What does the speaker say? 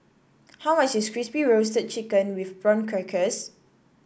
how much is Crispy Roasted Chicken with Prawn Crackers